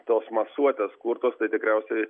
tos masuotės kurtos tai tikriausiai